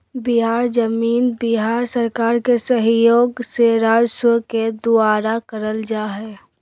बिहार जमीन बिहार सरकार के सहइोग से राजस्व के दुऔरा करल जा हइ